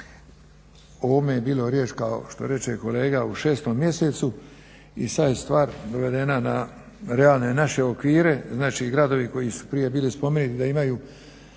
O ovome je bilo riječ kao što reče kolega u 6. mjesecu i sad je stvar dovedena na realne naše okvire, znači gradovi koji su prije bili spomenuti da bi